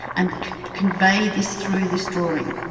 and convey this through this drawing.